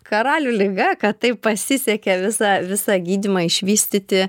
karalių liga kad taip pasisekė visą visą gydymą išvystyti